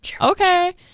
okay